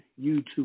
YouTube